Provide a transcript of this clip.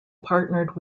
partnered